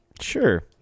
Sure